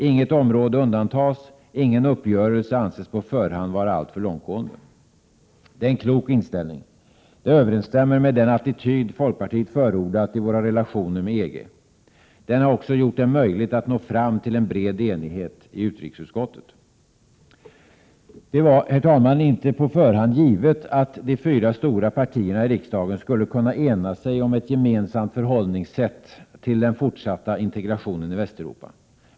Inget område undantas, ingen uppgörelse anses på förhand vara alltför långtgående. Detta är en klok inställning. Den överensstämmer med den attityd folkpartiet förordar i våra relationer med EG. Den har också gjort det möjligt att nå fram till en bred enighet i utrikesutskottet. Det var, herr talman, ingalunda på förhand givet, att de fyra stora partierna i riksdagen skulle kunna ena sig om ett gemensamt förhållningssätt gentemot den fortsatta integrationen i Västeuropa.